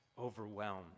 overwhelmed